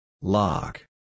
Lock